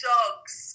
Dogs